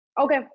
Okay